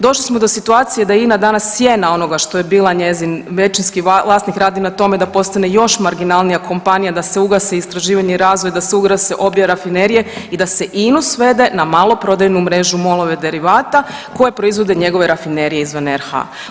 Došli smo do situacije da je INA danas cijena onoga što je bila, njezin većinski vlasnik radi na tome da postane još marginalnija kompanija, da se ugase istraživanje i razvoj, da se ugase obje rafinerije i da se INU svede na maloprodajnu mrežu MOL-ove derivata koje proizvode njegove rafinerije izvan RH.